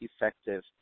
effective